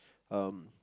um